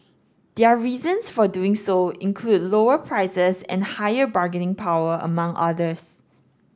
their reasons for doing so include lower prices and higher bargaining power among others